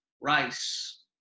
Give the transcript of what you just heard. rice